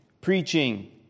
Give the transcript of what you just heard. preaching